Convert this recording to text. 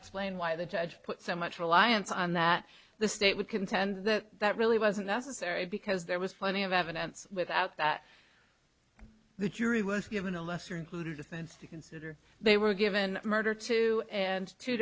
explain why the judge put so much reliance on that the state would contend that that really wasn't necessary because there was plenty of evidence without that the jury was given a lesser included offense to consider they were given murder two and two